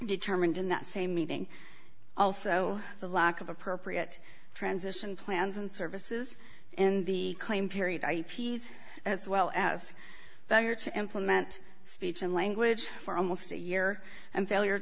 determined in that same meeting also the lack of appropriate transition plans and services in the claim period i p's as well as they are to implement speech and language for almost a year and failure